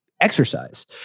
exercise